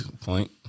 point